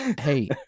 Hey